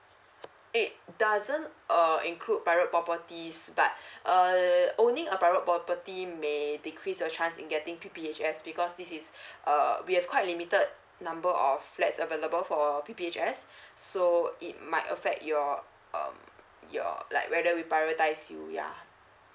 it doesn't uh include private properties but uh owning a private property may decrease your chance in getting p p h s because this is err we have quite limited number of flats available for p p h s so it might affect your um your like whether we prioritise you yeah